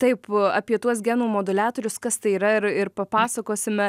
taip apie tuos genų moduliatorius kas tai yra ir ir papasakosime